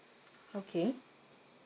okay